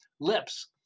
lips